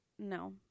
No